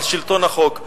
על שלטון החוק.